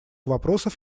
вопросов